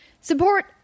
Support